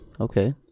Okay